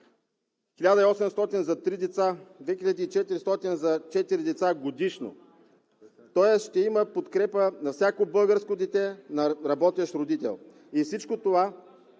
1800 за три деца, 2400 за четири деца годишно. Тоест ще има подкрепа за всяко българско дете на работещ родител. И всичко това